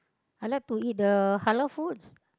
I like to eat the Halal foods